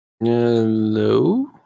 Hello